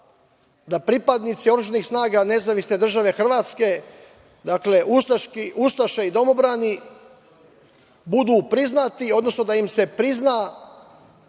da pripadnici oružanih snaga nezavisne države Hrvatske, dakle ustaše i domobrani, budu priznati odnosno da im se prizna